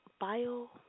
bio